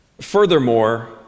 Furthermore